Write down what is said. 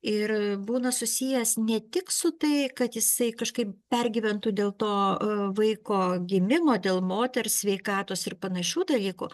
ir būna susijęs ne tik su tai kad jisai kažkaip pergyventų dėl to vaiko gimimo dėl moters sveikatos ir panašių dalykų